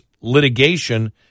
litigation